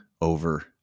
over